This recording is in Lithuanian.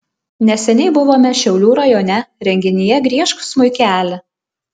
neseniai buvome šiaulių rajone renginyje griežk smuikeli